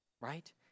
Right